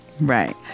right